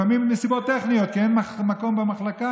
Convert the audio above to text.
לפעמים בגלל נסיבות טכניות, כי אין מקום במחלקה,